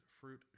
fruit